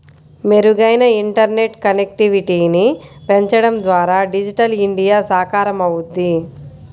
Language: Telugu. మెరుగైన ఇంటర్నెట్ కనెక్టివిటీని పెంచడం ద్వారా డిజిటల్ ఇండియా సాకారమవుద్ది